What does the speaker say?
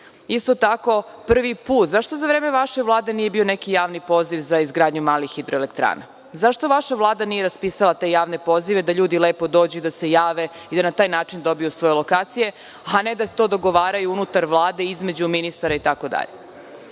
tako, prvi put, zašto za vreme vaše vladavine nije bio neki javni poziv za izgradnju malih hidroelektrana, zašto vaša vlada nije raspisala te javne pozive da ljudi lepo dođu i da se jave, da na taj način dobiju svoje lokacije, a ne da to dogovaraju unutar Vlade između ministara itd. Oko